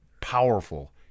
powerful